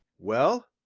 well,